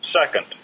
second